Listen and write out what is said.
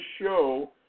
show